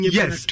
yes